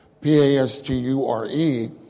P-A-S-T-U-R-E